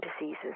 diseases